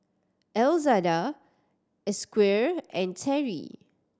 Elzada a Squire and Terri